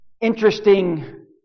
interesting